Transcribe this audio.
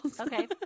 Okay